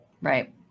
right